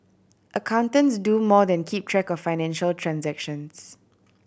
accountants do more than keep track of financial transactions